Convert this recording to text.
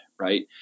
Right